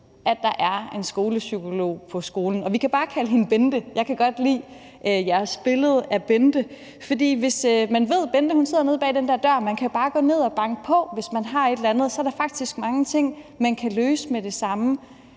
at der er en skolepsykolog på skolen, og vi kan bare kalde hende Bente. Jeg kan godt lide jeres billede af Bente, for hvis man ved, at Bente sidder nede bag den der dør, og at man bare kan gå ned og banke på, hvis man har et eller andet, så er der faktisk mange ting, der kan løses med det samme.